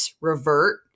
revert